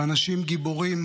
ואנשים גיבורים